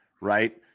right